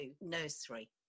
nursery